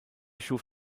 schuf